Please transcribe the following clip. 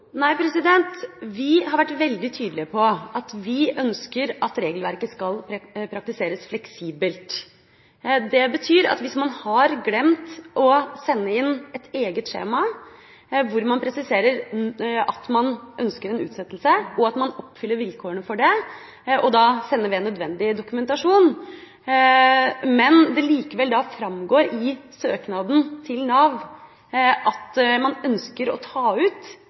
Vi har vært veldig tydelige på at vi ønsker at regelverket skal praktiseres fleksibelt. Det betyr av hvis man har glemt å sende inn et eget skjema, hvor man presiserer at man ønsker en utsettelse, og man oppfyller vilkårene for det og sender ved nødvendig dokumentasjon, men det likevel framgår i søknaden til Nav at man ønsker å ta ut